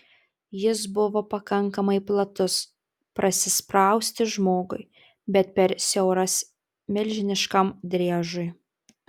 jis buvo pakankamai platus prasisprausti žmogui bet per siauras milžiniškam driežui